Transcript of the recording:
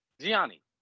Gianni